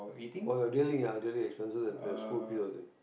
for your daily ah daily expenses and for your school fees all this